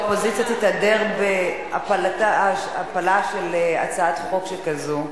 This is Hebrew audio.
אני לא חושבת שהאופוזיציה תתהדר בהפלה של הצעת חוק שכזאת,